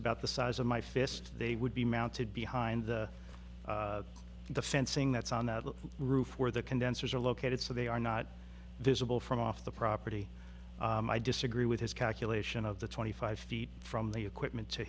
about the size of my fist they would be mounted behind the fencing that's on the roof where the condensers are located so they are not visible from off the property i disagree with his calculation of the twenty five feet from the equipment to